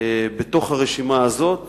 שבתוך הרשימה הזאת